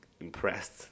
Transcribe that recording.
impressed